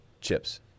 Chips